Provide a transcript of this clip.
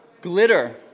Glitter